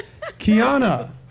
kiana